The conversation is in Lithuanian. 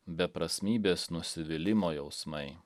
beprasmybės nusivylimo jausmai